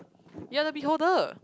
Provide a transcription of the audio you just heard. you're the beholder